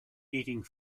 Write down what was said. eating